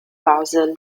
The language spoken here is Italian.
puzzle